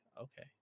okay